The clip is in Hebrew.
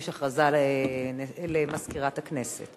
יש הודעה למזכירת הכנסת.